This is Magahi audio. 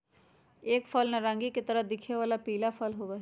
एक फल नारंगी के तरह दिखे वाला पीला फल होबा हई